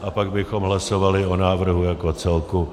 A pak bychom hlasovali o návrhu jako celku.